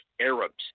Arabs